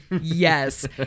Yes